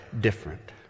different